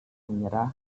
menyerah